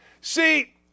See